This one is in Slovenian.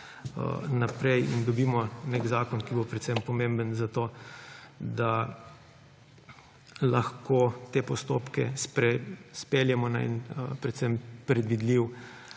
naprej in dobimo nek zakon, ki bo predvsem pomemben za to, da lahko te postopke speljemo na en predvsem predvidljiv